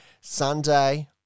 Sunday